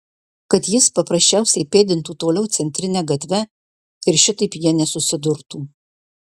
kad jis paprasčiausiai pėdintų toliau centrine gatve ir šitaip jie nesusidurtų